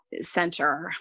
center